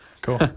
Cool